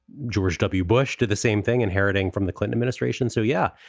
george w. bush did the same thing, inheriting from the clinton ministration. so, yeah,